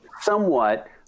somewhat